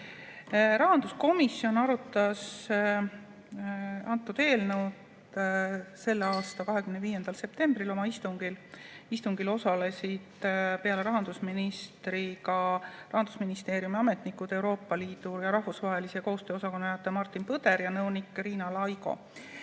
Rahanduskomisjon arutas antud eelnõu selle aasta 25. septembril oma istungil. Istungil osalesid peale rahandusministri ka Rahandusministeeriumi ametnikud: Euroopa Liidu ja rahvusvahelise koostöö osakonna juhataja Martin Põder ja nõunik Riina Laigo.